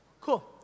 Cool